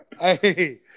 Hey